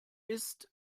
ist